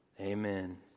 Amen